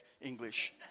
English